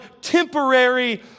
temporary